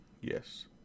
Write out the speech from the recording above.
yes